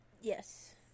Yes